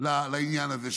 לעניין הזה.